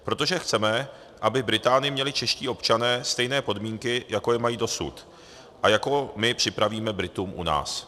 Protože chceme, aby v Británii měli čeští občané stejné podmínky, jako je mají dosud a jako my připravíme Britům u nás.